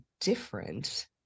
different